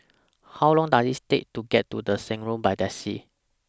How Long Does IT Take to get to The Shan Road By Taxi